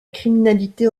criminalité